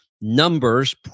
numbers